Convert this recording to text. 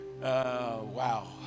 Wow